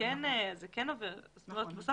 יש הרבה